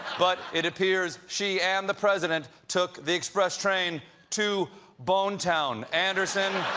but it appears she and the president took the express train to bone town. anderson,